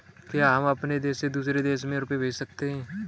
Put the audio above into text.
क्या हम अपने देश से दूसरे देश में रुपये भेज सकते हैं?